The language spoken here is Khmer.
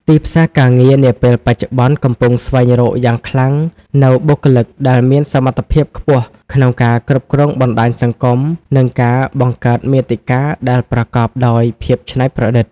ទីផ្សារការងារនាពេលបច្ចុប្បន្នកំពុងស្វែងរកយ៉ាងខ្លាំងនូវបុគ្គលិកដែលមានសមត្ថភាពខ្ពស់ក្នុងការគ្រប់គ្រងបណ្តាញសង្គម និងការបង្កើតមាតិកាដែលប្រកបដោយភាពច្នៃប្រឌិត។